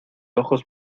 ojos